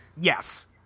Yes